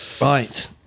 Right